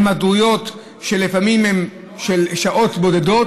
הן היעדרויות שלפעמים הן של שעות בודדות,